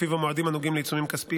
שלפיו המועדים הנוגעים לעיצומים כספיים